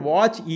Watch